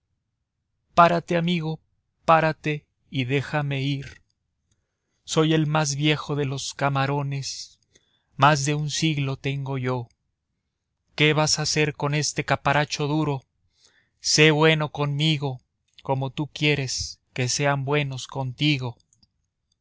párate amigo párate y déjame ir yo soy el más viejo de los camarones más de un siglo tengo yo qué vas a hacer con este carapacho duro sé bueno conmigo como tú quieres que sean buenos contigo